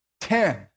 ten